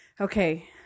okay